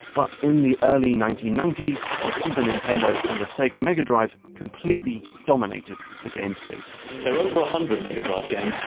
but in the early nineteen ninety s, the super nintendo and the sega mega drive completely dominated the games biz. actor there are over a hundred mega drive games.